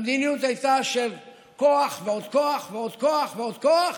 המדיניות הייתה של כוח ועוד כוח ועוד כוח ועוד כוח,